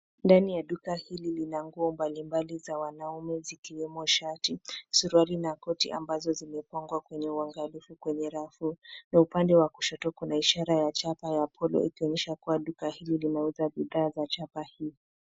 Ndani ya duka hili lina nguo mbalimbali za wanaume zikiwemo shati, suruali na koti ambazo zimepangwa kwenye uangalifu kwenye rafu. Na upande wa kushoto kuna ishara ya chapa ya polio ikionyesha kuwa duka hili linauza bidhaa za chapa hii.